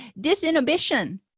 Disinhibition